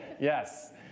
Yes